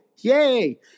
Yay